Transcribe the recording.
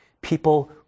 people